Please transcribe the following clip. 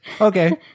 Okay